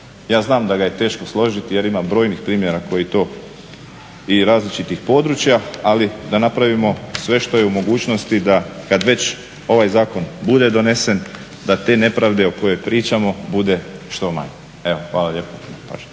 Ja znam da ga je teško složiti jer ima brojnih primjera koji to i različitih područja ali da napravimo sve što je u mogućnosti da kada već ovaj zakon bude donesen da te nepravde o kojoj pričamo bude što manje. Evo hvala lijepo.